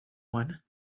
one